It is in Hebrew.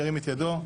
ירים את ידו.